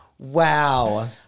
Wow